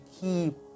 keep